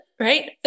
right